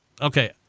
Okay